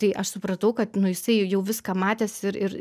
tai aš supratau kad nu jisai jau viską matęs ir ir